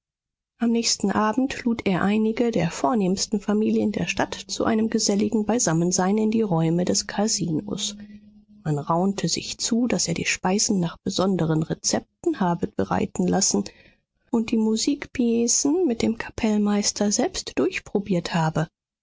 am nächsten abend lud er einige der vornehmsten familien der stadt zu einem geselligen beisammensein in die räume des kasinos man raunte sich zu daß er die speisen nach besonderen rezepten habe bereiten lassen und die musikpiecen mit dem kapellmeister selbst durchprobiert habe